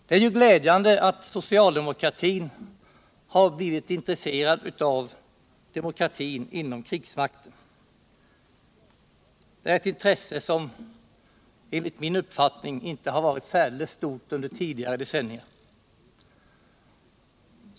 Det är ju glädjande att socialdemokratin har blivit intresserad av demokratin inom krigsmakten, ett intresse som, enligt min uppfattning, inte har varit särdeles stort under tidigare decennier.